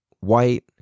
white